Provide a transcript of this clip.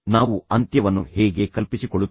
ನಾವು ಅಂತ್ಯವನ್ನು ಹೇಗೆ ಕಲ್ಪಿಸಿಕೊಳ್ಳುತ್ತೇವೆ